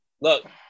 Look